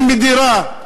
היא מדירה.